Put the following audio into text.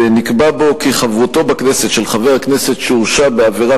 ונקבע כי חברותו בכנסת של חבר הכנסת שהורשע בעבירה